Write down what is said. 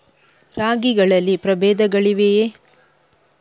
ರಾಗಿಗಳಲ್ಲಿ ಪ್ರಬೇಧಗಳಿವೆಯೇ?